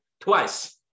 twice